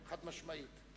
חד-משמעית.